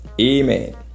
Amen